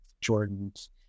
Jordan's